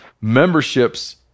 memberships